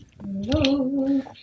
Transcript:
Hello